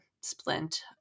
splint